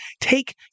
take